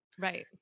right